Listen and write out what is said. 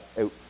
out